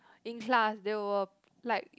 in class there were like